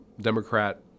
Democrat